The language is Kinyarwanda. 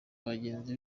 bagenzi